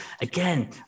Again